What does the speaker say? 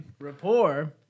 Rapport